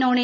non A